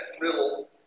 middle